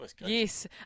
Yes